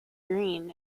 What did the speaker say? green